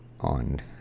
on